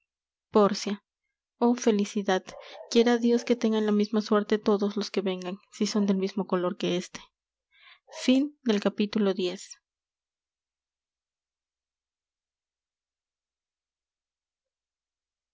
oh felicidad quiera dios que tengan la misma suerte todos los que vengan si son del mismo color que éste